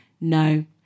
no